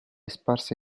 sparse